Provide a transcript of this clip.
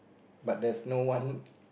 but there's no one